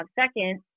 Second